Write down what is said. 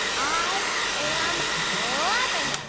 i am loving and